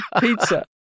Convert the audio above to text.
pizza